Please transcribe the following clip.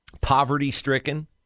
poverty-stricken